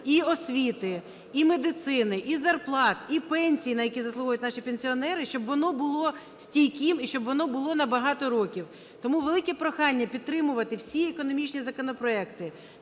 і освіти, і медицини, і зарплат, і пенсій, на які заслуговують наші пенсіонери, щоб воно було стійким і щоб воно було на багато років. Тому велике прохання підтримувати всі економічні законопроекти,